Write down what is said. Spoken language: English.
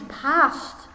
past